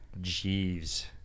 jeeves